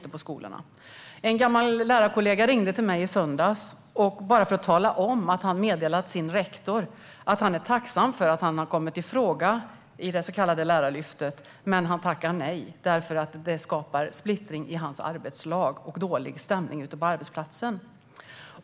En gammal lärarkollega ringde mig i söndags. Han ville tala om att han hade meddelat sin rektor att han är tacksam för att han har kommit i fråga vad gäller det så kallade Lärarlyftet. Han tackar dock nej, eftersom detta skapar splittring i hans arbetslag och dålig stämning ute på arbetsplatsen.